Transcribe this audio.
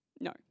No